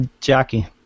Jackie